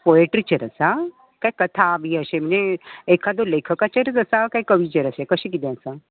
पोयट्रीचेर आसा कांय कथा बी अशें म्हणजे एकादो लेखकाचेरूच आसा काय कविचेर कितें कशे काय आसा